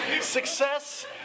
Success